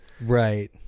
right